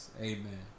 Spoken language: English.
amen